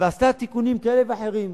ועשתה תיקונים כאלה ואחרים,